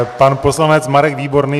Pan poslanec Marek Výborný.